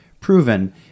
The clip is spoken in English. proven